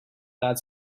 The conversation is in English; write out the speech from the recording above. that